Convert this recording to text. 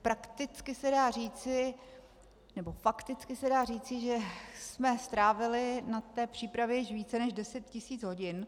Prakticky se dá říci, nebo fakticky se dá říci, že jsme strávili na té přípravě více než deset tisíc hodin.